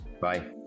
Bye